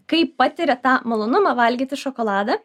kai patiria tą malonumą valgyti šokoladą